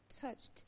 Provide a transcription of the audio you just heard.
touched